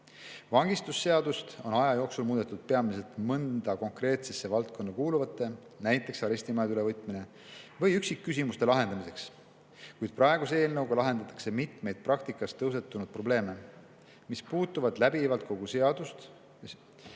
Vangistusseadust on aja jooksul muudetud peamiselt mõnda konkreetsesse valdkonda kuuluvate küsimuste, näiteks arestimajade ülevõtmine, või üksikküsimuste lahendamiseks, kuid praeguse eelnõuga lahendatakse mitmeid praktikas tõusetunud probleeme, mis puudutavad läbivalt kogu seadust,